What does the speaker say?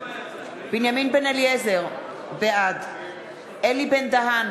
בנימין בן-אליעזר, בעד אלי בן-דהן,